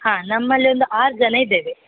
ಹಾಂ ನಮ್ಮಲ್ಲಿ ಒಂದು ಆರು ಜನ ಇದ್ದೇವೆ